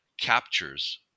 captures